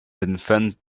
invent